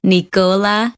Nicola